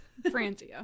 francia